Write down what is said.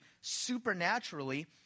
supernaturally